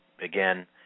again